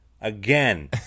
again